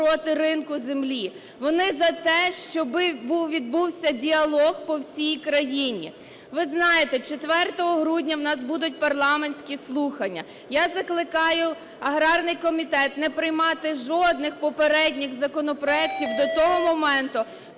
Вони за те, щоби відбувся діалог по всій країні. Ви знаєте, 4 грудня у нас будуть парламентські слухання. Я закликаю аграрний комітет не приймати жодних попередніх законопроектів до того моменту,